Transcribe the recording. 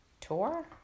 tour